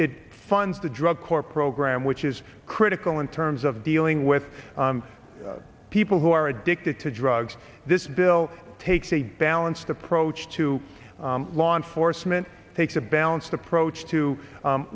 funds the drug corps program which is critical in terms of dealing with people who are addicted to drugs this bill takes a balanced approach to law enforcement takes a balanced approach to